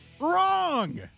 Wrong